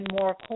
more